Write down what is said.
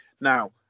now